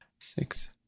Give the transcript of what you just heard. six